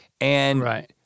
Right